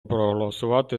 проголосувати